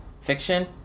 fiction